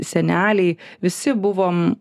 seneliai visi buvom